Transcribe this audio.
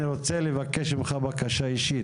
אני רוצה לבקש ממך בקשה אישית,